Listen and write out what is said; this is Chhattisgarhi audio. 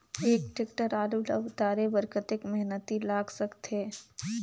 एक टेक्टर आलू ल उतारे बर कतेक मेहनती लाग सकथे?